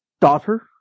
daughter